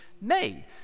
made